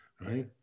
Right